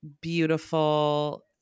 beautiful